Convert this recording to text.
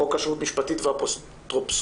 חוק כשרות משפטית ואפוטרופסות,